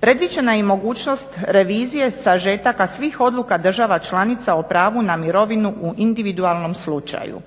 Predviđena je i mogućnost revizije sažetaka svih odluka država članica o pravu na mirovinu u individualnom slučaju